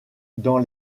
dans